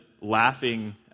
laughing